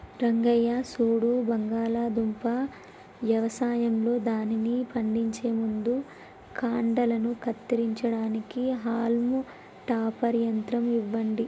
రంగయ్య సూడు బంగాళాదుంప యవసాయంలో దానిని పండించే ముందు కాండలను కత్తిరించడానికి హాల్మ్ టాపర్ యంత్రం ఇవ్వండి